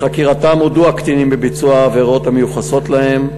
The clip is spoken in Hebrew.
בחקירתם הודו הקטינים בביצוע העבירות המיוחסות להם,